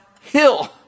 hill